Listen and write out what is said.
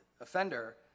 offender